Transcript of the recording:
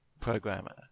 programmer